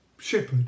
Shepherd